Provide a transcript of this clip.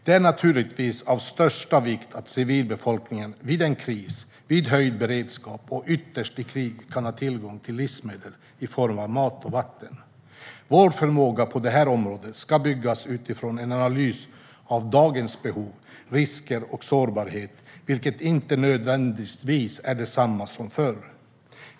Det är naturligtvis av största vikt att civilbefolkningen vid en kris, vid höjd beredskap och ytterst i krig kan ha tillgång till livsmedel i form av mat och vatten. Vår förmåga på det här området ska byggas utifrån en analys av dagens behov, risker och sårbarheter, vilka inte nödvändigtvis är desamma som förr.